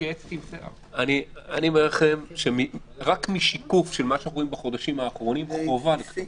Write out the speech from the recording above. רק משיקוף של מה שאנחנו רואים בחודשים האחרונים חובה לכתוב